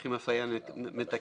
וצריכים אפליה מתקנת.